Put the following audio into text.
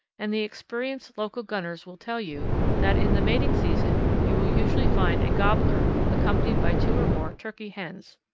and the experienced local gunners will tell you that in the mating season you will usually find a gobbler accompanied by two or more turkey hens.